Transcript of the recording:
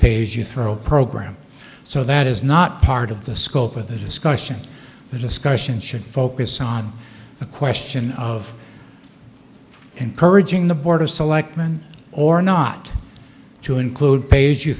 you throw program so that is not part of the scope of the discussion the discussion should focus on the question of encouraging the board of selectmen or not to include pays you